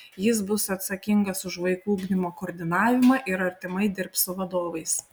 jis bus atsakingas už vaikų ugdymo koordinavimą ir artimai dirbs su vadovais